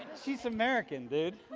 she's american, dude.